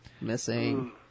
missing